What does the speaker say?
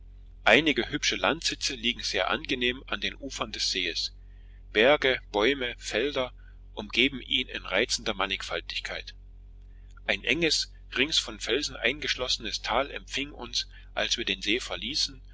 einige hübsche landsitze liegen sehr angenehm an den ufern des sees berge bäume felder umgeben ihn in reizender mannigfaltigkeit ein enges rings von felsen eingeschlossenes tal empfing uns als wir den see verließen